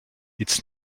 its